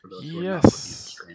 yes